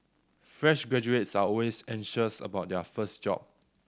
fresh graduates are always anxious about their first job